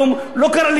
לא קרה לי כלום,